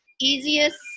easiest